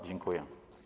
Dziękuję.